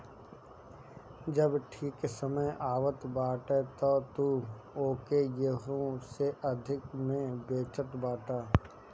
जब ठीक समय आवत बाटे तअ तू ओके एहू से अधिका में बेचत बाटअ